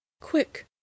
Quick